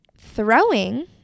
Throwing